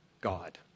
God